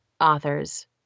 authors